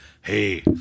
Hey